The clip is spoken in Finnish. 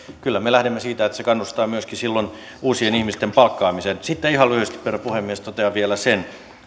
kyllä me lähdemme siitä että se kannustaa myöskin silloin uusien ihmisten palkkaamiseen sitten ihan lyhyesti herra puhemies totean vielä sen